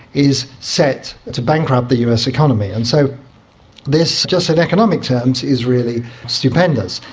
is set to bankrupt the us economy. and so this, just in economic terms, is really stupendous.